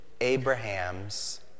Abraham's